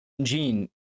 Gene